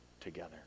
together